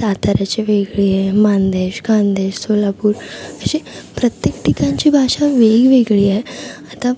साताऱ्याची वेगळी आहे माणदेश खान्देश सोलापूर असे प्रत्येक ठिकाणची भाषा वेगवेगळी आहे आता